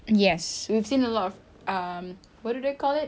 yes we've seen a lot of um what do they call it